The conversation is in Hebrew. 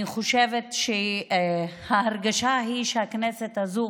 אני חושבת שההרגשה היא שהכנסת הזאת